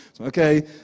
Okay